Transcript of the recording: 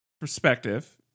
perspective